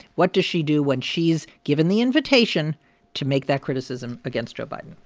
what does she do when she's given the invitation to make that criticism against joe biden?